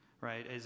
Right